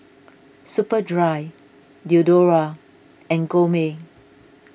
Superdry Diadora and Gourmet